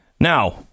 Now